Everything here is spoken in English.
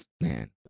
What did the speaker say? Man